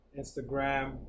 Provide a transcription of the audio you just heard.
Instagram